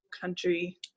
country